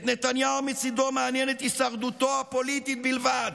את נתניהו מצידו מעניינת הישרדותו הפוליטית בלבד.